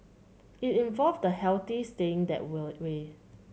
it involves the healthy staying that will way